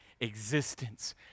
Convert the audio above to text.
existence